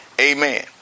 Amen